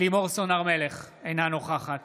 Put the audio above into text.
לימור סון הר מלך, אינה נוכחת